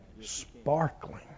sparkling